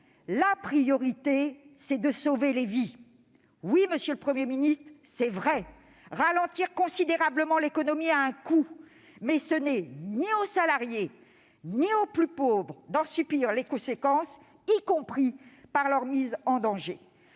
la priorité, c'est sauver des vies. Oui, monsieur le Premier ministre, c'est vrai : ralentir considérablement l'économie a un coût, mais ce n'est ni aux salariés ni aux plus pauvres d'en subir les conséquences, y compris par leur mise en danger.